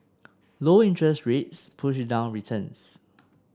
low interest rates push down returns